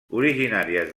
originàries